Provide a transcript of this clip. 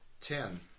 ten